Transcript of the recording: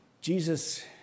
Jesus